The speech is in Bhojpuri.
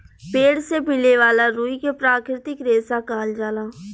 पेड़ से मिले वाला रुई के प्राकृतिक रेशा कहल जाला